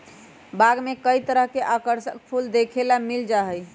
बाग में कई तरह के आकर्षक फूल देखे ला मिल जा हई